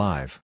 Live